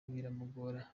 biramugora